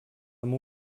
amb